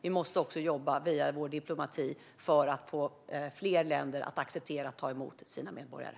Vi måste också jobba via vår diplomati för att få fler länder att acceptera att ta emot sina medborgare.